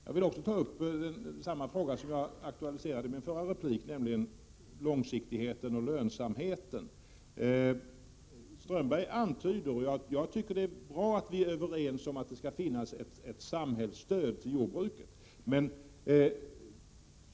Jag vill också ta upp en fråga som jag aktualiserade i min förra replik, nämligen långsiktigheten och lönsamheten. Det är bra att vi är överens om att det skall finnas ett samhällsstöd till jordbruket.